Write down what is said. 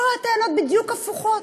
פה הטענות בדיוק הפוכות,